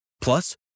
Plus